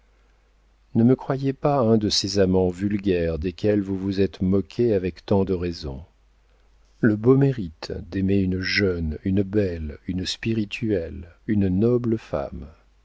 ne me croyez pas un de ces amants vulgaires desquels vous vous êtes moquée avec tant de raison le beau mérite d'aimer une jeune une belle une spirituelle une noble femme